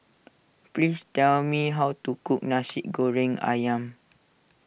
please tell me how to cook Nasi Goreng Ayam